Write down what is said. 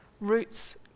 roots